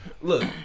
Look